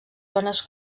zones